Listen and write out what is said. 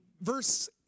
verse